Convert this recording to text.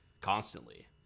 constantly